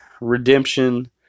redemption